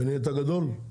והפכת לגדול?